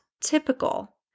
typical